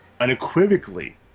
unequivocally